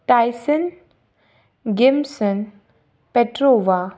Tyson Gameson Petrova